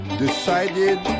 decided